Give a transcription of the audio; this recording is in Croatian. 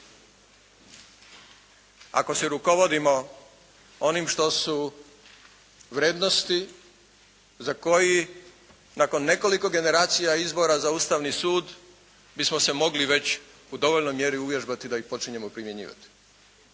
Ako se rukovodimo onim što su vrijednosti za koje nakon nekoliko generacija izbora za Ustavni sud bismo se mogli već u dovoljnoj mjeri uvježbati da ih počnemo primjenjivati.